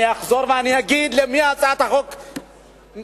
אני אחזור ואני אגיד למי הצעת החוק מיועדת,